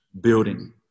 building